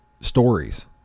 stories